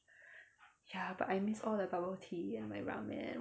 ya but I miss all the bubble tea and my ramen